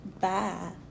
Bye